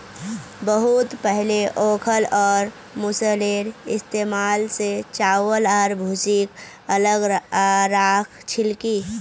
बहुत पहले ओखल और मूसलेर इस्तमाल स चावल आर भूसीक अलग राख छिल की